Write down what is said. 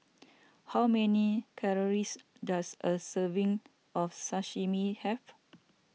how many calories does a serving of Sashimi have